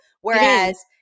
whereas